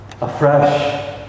afresh